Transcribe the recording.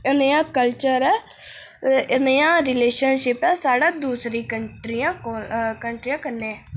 नेहा culture ऐ नेहा relationship ऐ साढ़ा दूसरी कंट्रियां कंट्रियां कन्नै